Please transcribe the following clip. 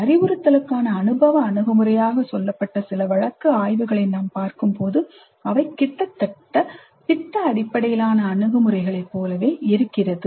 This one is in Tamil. அறிவுறுத்தலுக்கான அனுபவ அணுகுமுறையாக சொல்லப்பட்ட சில வழக்கு ஆய்வுகளை நாம் பார்க்கும்போது அவை கிட்டத்தட்ட திட்ட அடிப்படையிலான அணுகுமுறைகளைப் போலவே இருக்கிறது